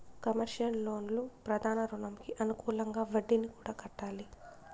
commercial లోన్లు ప్రధాన రుణంకి అనుకూలంగా వడ్డీని కూడా కట్టాలి